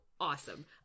awesome